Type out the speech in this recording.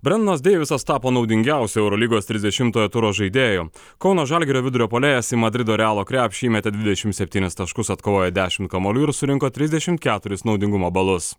brendonas deivisas tapo naudingiausiu eurolygos trisdešimtojo turo žaidėju kauno žalgirio vidurio puolėjas į madrido realo krepšį įmetė dvidešim septynis taškus atkovojo dešim kamuolių ir surinko trisdešimt keturis naudingumo balus